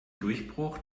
durchbruch